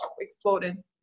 exploded